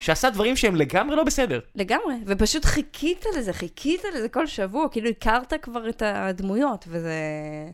שעשה דברים שהם לגמרי לא בסדר. לגמרי, ופשוט חיכית לזה, חיכית לזה כל שבוע, כאילו הכרת כבר את הדמויות, וזה...